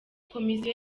komisiyo